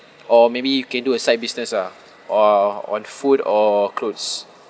or maybe you can do a side business ah or on food or clothes